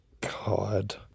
god